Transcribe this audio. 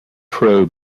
pro